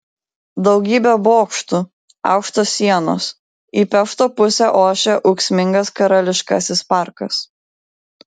daugybė bokštų aukštos sienos į pešto pusę ošia ūksmingas karališkasis parkas